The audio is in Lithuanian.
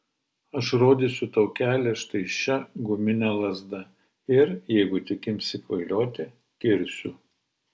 aš rodysiu tau kelią štai šia gumine lazda ir jeigu tik imsi kvailioti kirsiu